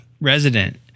resident